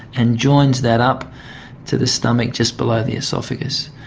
and joins that up to the stomach just below the oesophagus.